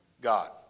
God